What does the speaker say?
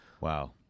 wow